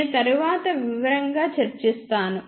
నేను తరువాత వివరంగా చర్చిస్తాను